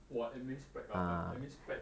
!wah! admin spec ah admin spec